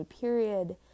period